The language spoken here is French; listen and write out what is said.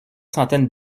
centaines